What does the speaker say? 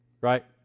right